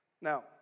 Now